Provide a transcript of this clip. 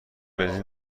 بنزین